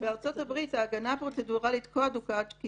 בארצות-הברית ההגנה הפרוצדוראלית כה הדוקה כי